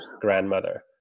grandmother